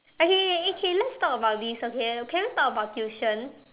okay okay eh K let's talk about this okay can we talk about tuition